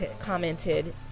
commented